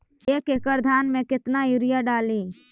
एक एकड़ धान मे कतना यूरिया डाली?